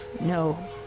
no